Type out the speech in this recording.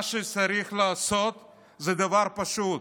מה שצריך לעשות זה דבר פשוט,